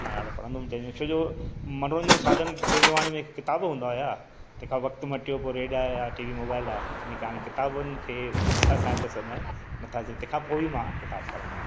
मां ॾाढा पढ़ंदुमि तंहिंजो छोजो मनोरंजन जो साधन तें ज़माने में किताब हूंदा हुया तंहिंखा वक़्तु मटियो पोइ रेडियो आहिया या टी वी मोबाइल आहे के हाणे किताबनि खे साहित्य समय नथा सी तंहिंखां पोइ बि मां किताब पढ़ंदो हुयुमि